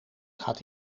gaat